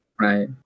Right